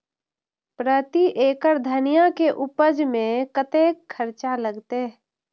प्रति एकड़ धनिया के उपज में कतेक खर्चा लगते?